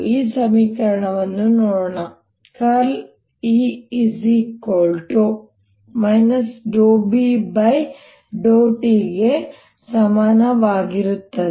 ಈಗ ನಾವು ಸಮೀಕರಣವನ್ನು ನೋಡೋಣ E B∂t ಗೆ ಸಮಾನವಾಗಿರುತ್ತದೆ